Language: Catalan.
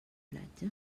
platja